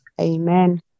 Amen